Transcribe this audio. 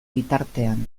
bitartean